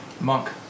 Monk